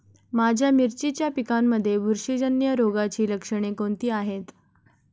माझ्या मिरचीच्या पिकांमध्ये बुरशीजन्य रोगाची लक्षणे कोणती आहेत?